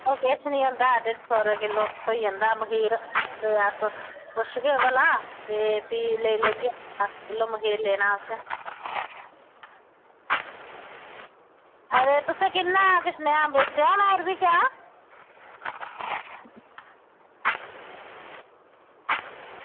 ओह् किश निं होंदा डेढ़ सौ रपेआ किलो थ्होई जंदा मखीर ते अस पुच्छगे भला ते भी लेई लैगे दस्स किलो मखीर लैना असें अरे तुसें किन्ने दा होर किश बेचेआ बी होना क्या